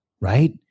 right